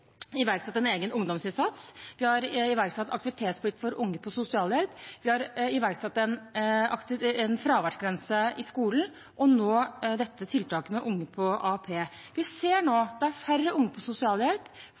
iverksatt en egen ungdomsinnsats, vi har iverksatt aktivitetsplikt for unge på sosialhjelp, vi har iverksatt en fraværsgrense i skolen – og nå dette tiltaket med unge på AAP. Vi ser nå at det er færre unge på sosialhjelp,